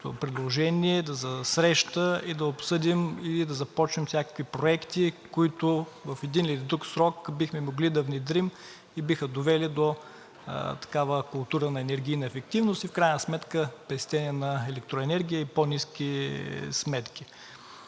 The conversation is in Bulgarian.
предложение за среща, да обсъдим и да започнем всякакви проекти, които в един или друг срок бихме могли да внедрим и биха довели до такава култура на енергийна ефективност и в крайна сметка до пестене на електроенергия и по-ниски сметки.